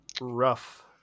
rough